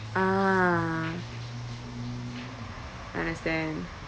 ah understand